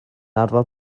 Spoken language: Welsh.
arfer